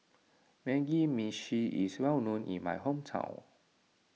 Mugi Meshi is well known in my hometown